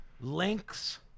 Link's